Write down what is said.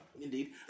indeed